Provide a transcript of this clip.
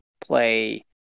play